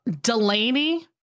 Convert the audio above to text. Delaney